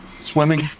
swimming